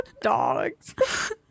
dogs